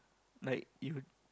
like you'd